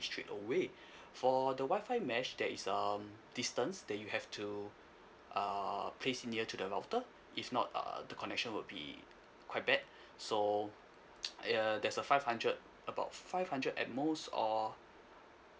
straightaway for the wi-fi mesh there is um distance that you have to uh place it near to the router if not uh the connection will be quite bad so err there's a five hundred about five hundred at most or